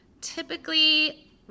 typically